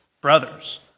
Brothers